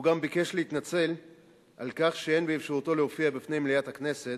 הוא גם ביקש להתנצל על כך שאין באפשרותו להופיע בפני מליאת הכנסת,